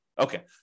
Okay